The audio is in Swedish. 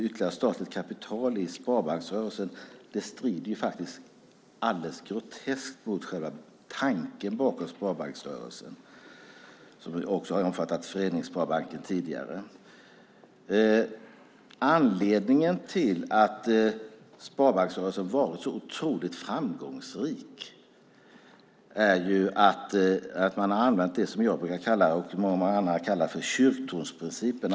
Ytterligare statligt kapital i sparbanksrörelsen strider helt mot tanken bakom sparbanksrörelsen, som tidigare även omfattade Föreningssparbanken. Det är en närmast grotesk tanke. Anledningen till att sparbanksrörelsen varit så otroligt framgångsrik är att man använt sig av det som jag och många andra kallar kyrktornsprincipen.